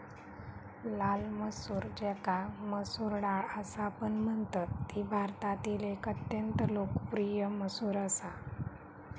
लाल मसूर ज्याका मसूर डाळ असापण म्हणतत ती भारतातील एक अत्यंत लोकप्रिय मसूर असा